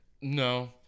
No